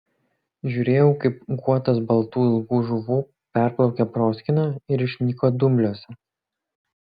žiūrėjau kaip guotas baltų ilgų žuvų perplaukė proskyną ir išnyko dumbliuose